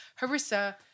harissa